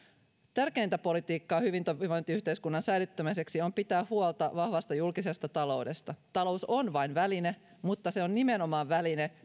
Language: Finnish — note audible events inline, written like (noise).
tärkeintä politiikkaa hyvinvointiyhteiskunnan säilyttämiseksi on pitää huolta vahvasta julkisesta taloudesta talous on vain väline mutta se on nimenomaan väline (unintelligible)